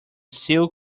still